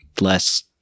less